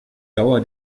dauer